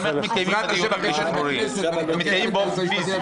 --- ועדת השחרורים, הם מקיימים באופן פיזי.